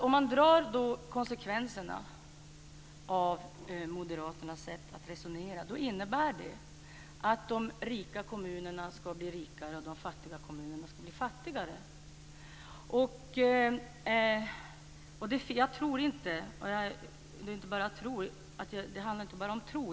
Om man drar konsekvenserna av moderaternas sätt att resonera innebär det att de rika kommunerna skall bli rikare och de fattiga kommunerna skall bli fattigare.